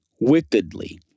wickedly